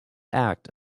act